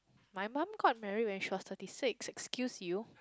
my mum got married when she was thirty six excuse you